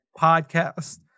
podcast